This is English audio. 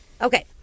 Okay